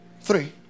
Three